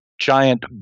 giant